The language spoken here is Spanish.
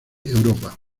europa